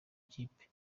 kipe